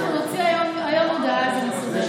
אנחנו נוציא על זה היום הודעה מסודרת.